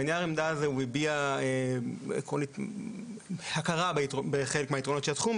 בנייר העמדה הזה הוא הביע הכרת בחלק מהיתרונות של התחום,